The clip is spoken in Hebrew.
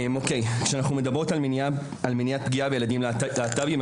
כשאנחנו מדברות על מניעת פגיעה בילדים להט"בים,